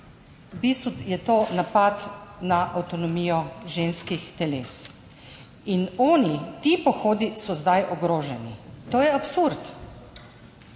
v bistvu je to napad na avtonomijo ženskih teles! In ti pohodi so zdaj ogroženi. To je absurd!